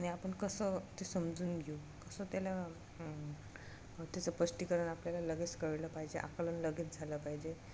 आ आपण कसं ते समजून घेऊ कसं त्याला त्याचं स्पष्टीकरण आपल्याला लगेच कळलं पाहिजे आकलन लगेच झालं पाहिजे